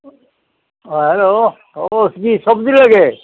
অঁ হেল্ল' অঁ কি চব্জি লাগে